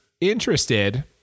interested